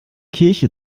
kirche